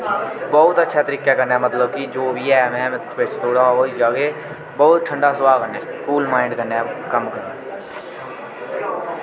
बहुत अच्छे तरीकै कन्नै मतलब कि जो बी ऐ में बिच्च थोह्ड़ा होई गेआ के बहुत ठंडा सभाऽ कन्नै कूल माइंड कन्नै कम्म करना